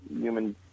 human